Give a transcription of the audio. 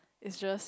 it's just